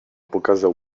pokazał